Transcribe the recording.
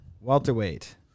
Welterweight